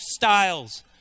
lifestyles